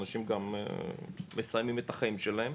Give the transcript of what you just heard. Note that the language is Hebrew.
אנשים גם מסיימים את החיים שלהם,